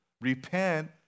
Repent